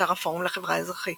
באתר הפורום לחברה האזרחית